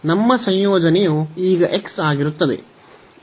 ನಮ್ಮ ಸಂಯೋಜನೆಯು ಈಗ x ಆಗಿರುತ್ತದೆ